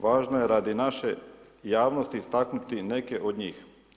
Važno je radi naše javnosti istaknuti neke od njih.